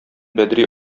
бәдри